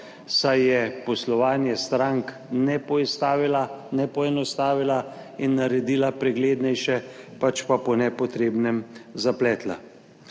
saj je poslovanje strank ne poenostavila in naredila preglednejše, pač pa po nepotrebnem zapletla.